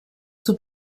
suo